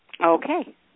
Okay